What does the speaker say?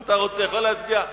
אתה יכול להצביע,